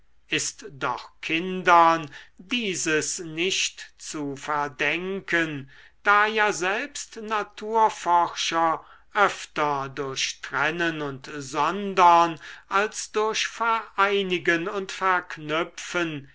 ist doch kindern dieses nicht zu verdenken da ja selbst naturforscher öfter durch trennen und sondern als durch vereinigen und verknüpfen